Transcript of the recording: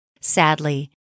Sadly